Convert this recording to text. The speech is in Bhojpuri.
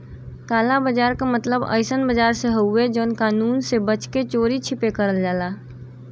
काला बाजार क मतलब अइसन बाजार से हउवे जौन कानून से बच के चोरी छिपे करल जाला